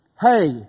Hey